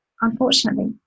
unfortunately